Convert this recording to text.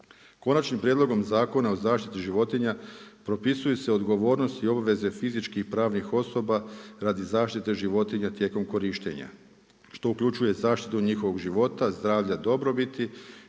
Konačni prijedlogom Zakona o zaštiti životinja propisuju se odgovornosti i obaveze fizičkih i pravnih osoba radi zaštite životinja tijekom korištenja što uključuje zaštitu njihovog života, zdravlja, dobrobiti,